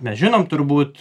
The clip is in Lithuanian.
mes žinom turbūt